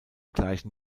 gleichen